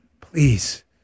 please